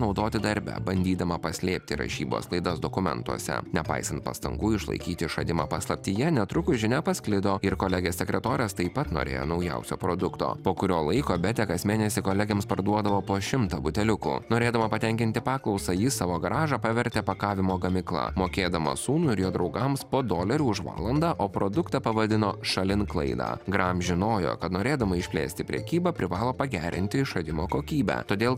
naudoti darbe bandydama paslėpti rašybos klaidas dokumentuose nepaisant pastangų išlaikyti išradimą paslaptyje netrukus žinia pasklido ir kolegės sekretorės taip pat norėjo naujausio produkto po kurio laiko betė kas mėnesį kolegėms parduodavo po šimtą buteliukų norėdama patenkinti paklausą jį savo garažą pavertė pakavimo gamykla mokėdama sūnui ir jo draugams po dolerį už valandą o produktą pavadino šalin klaidą gram žinojo kad norėdama išplėsti prekybą privalo pagerinti išradimo kokybę todėl